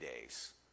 days